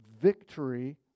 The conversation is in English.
victory